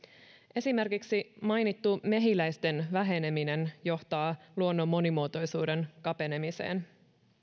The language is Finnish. esimerkiksi mainittu mehiläisten väheneminen johtaa luonnon monimuotoisuuden kapenemiseen